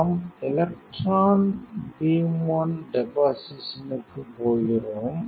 நாம் electron beam on டெபாசிஷனுக்குப் போகிறோம்